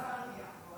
השר הגיע.